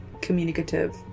communicative